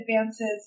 advances